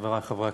חברי חברי הכנסת,